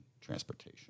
transportation